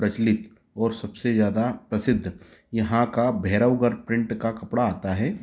प्रचलित और सबसे ज़्यादा प्रसिद्ध यहाँ का भैरवगढ़ प्रिंट का कपड़ा आता है